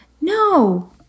No